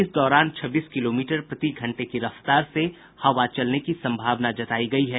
इस दौरान छब्बीस किलोमीटर प्रति घंटे की रफ्तार से हवा चलने की सम्भावना जताई गयी है